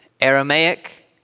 Aramaic